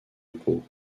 pau